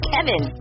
Kevin